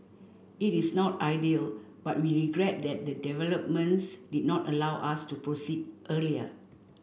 it is not ideal but we regret that the developments did not allow us to proceed earlier